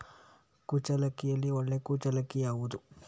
ಕುಚ್ಚಲಕ್ಕಿಯಲ್ಲಿ ಒಳ್ಳೆ ಕುಚ್ಚಲಕ್ಕಿ ಯಾವುದು?